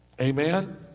amen